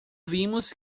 vimos